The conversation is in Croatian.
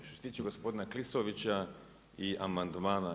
Što se tiče gospodina Klisovića i amandmana.